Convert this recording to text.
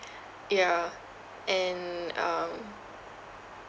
yeah and um